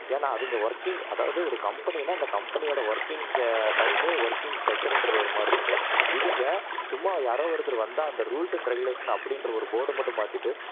ஏன்னால் அவங்க ஒர்க்கிங் அதாவது ஒரு கம்பெனின்னால் அந்த கம்பெனியோடய ஒர்க்கிங்கு டைமே ஒர்க்கிங் ஸ்ட்ரக்ச்சருன்றது ஒரு மாதிரி இருக்குது இவங்க சும்மா யாரோ ஒருத்தர் வந்தால் அந்த ரூல்ஸ் அண்ட் ரெகுலேஷன் அப்படின்ற ஒரு போர்டு மட்டும் மாட்டிவிட்டு